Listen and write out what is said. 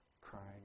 crying